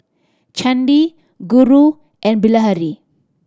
Chandi Guru and Bilahari